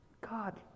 God